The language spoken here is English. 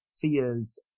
fears